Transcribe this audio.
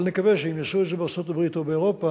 אבל נקווה שאם יעשו את זה בארצות-הברית ובאירופה,